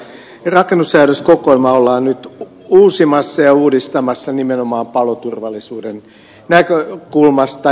rakennussäädöskokoelmaa ollaan nyt uusimassa ja uudistamassa nimenomaan paloturvallisuuden näkökulmasta